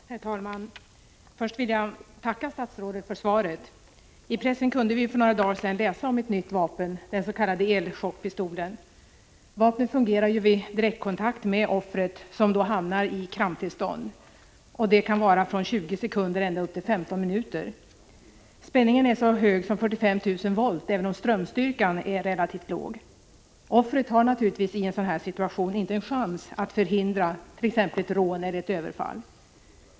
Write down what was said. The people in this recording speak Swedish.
Herr talman! Först vill jag tacka statsrådet för svaret. I pressen kunde vi för några dagar sedan läsa om ett nytt vapen — den s.k. elchockpistolen. Vapnet fungerar vid direktkontakt med offret, som då hamnar i kramptillstånd. Detta kan vara från 20 sekunder ända upp till 15 minuter. Spänningen är så hög som 45 000 volt, även om strömstyrkan är relativt låg. Offret har naturligtvis i en sådan situation inte en chans att förhindra ett rån eller ett överfall.